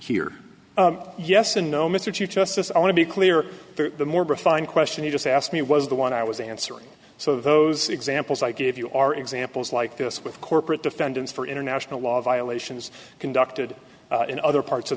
here yes and no mr chief justice i want to be clear the more refined question you just asked me was the one i was answering so those examples i gave you are examples like this with corporate defendants for international law violations conducted in other parts of